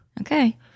okay